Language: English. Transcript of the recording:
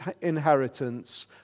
inheritance